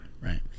right